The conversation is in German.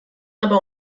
aber